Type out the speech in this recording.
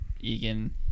egan